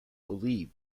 believe